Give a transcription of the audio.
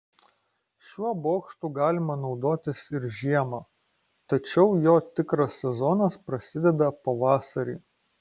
šiuo bokštu galima naudotis ir žiemą tačiau jo tikras sezonas prasideda pavasarį